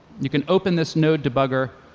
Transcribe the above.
you can open this node debugger,